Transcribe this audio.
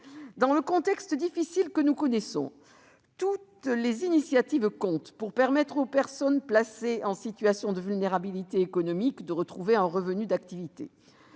Dans le contexte difficile que nous connaissons, toutes les initiatives comptent pour permettre aux personnes placées en situation de vulnérabilité économique de retrouver un revenu d'activité.